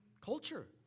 culture